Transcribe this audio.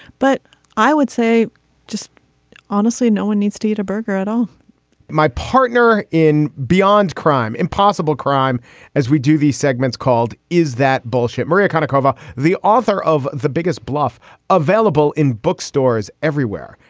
but i would say just honestly no one needs to eat a burger at all my partner in beyond crime impossible crime as we do these segments called is that bullshit. maria kind of cover the author of the biggest bluff available in bookstores everywhere.